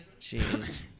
Jeez